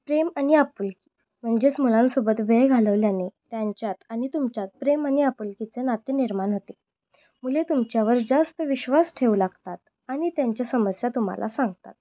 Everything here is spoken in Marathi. प्रेम आणि आपुलकी म्हणजेच मुलांसोबत वेळ घालवल्याने त्यांच्यात आणि तुमच्यात प्रेम आणि आपुलकीचे नाते निर्माण होते मुले तुमच्यावर जास्त विश्वास ठेवू लागतात आणि त्यांच्या समस्या तुम्हाला सांगतात